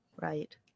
right